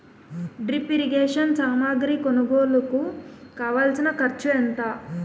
drip irrigation సామాగ్రి కొనుగోలుకు కావాల్సిన ఖర్చు ఎంత